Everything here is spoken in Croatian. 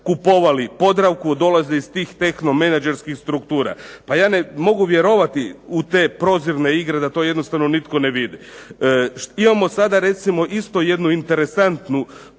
kupovali Podravku, a dolaze iz tih tehno menadžerskih struktura. Pa ja ne mogu vjerovati u te prozirne igre da to jednostavno nitko ne vidi. Imamo sada recimo isto jednu interesantnu